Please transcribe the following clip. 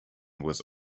was